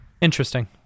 Interesting